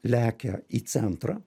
lekia į centrą